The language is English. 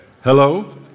Hello